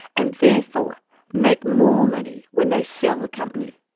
and therefore make more money when they sell the company.